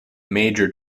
major